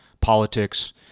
politics